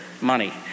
money